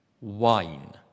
wine